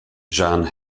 jan